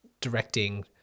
directing